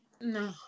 No